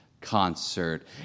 concert